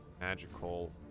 Magical